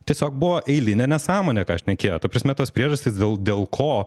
tiesiog buvo eilinė nesąmonė ką šnekėjo ta prasme tos priežastys dėl dėl ko